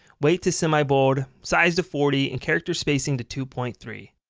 weight to semibold, size to forty, and character spacing to two point three.